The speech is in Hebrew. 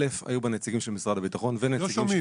היו בה נציגים של משרד הביטחון ונציגים של משרד